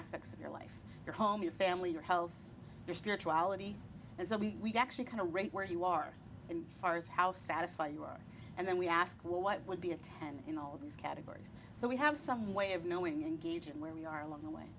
aspects of your life your home your family your health your spirituality and so we actually kind of rate where he was our in far as how satisfy you are and then we ask what would be a ten in all these categories so we have some way of knowing engaging where we are along the way